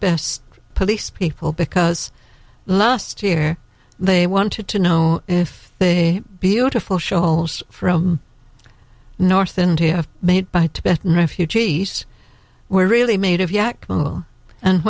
best police people because last year they wanted to know if they beautiful shawls from north india made by tibetan refugees were really made of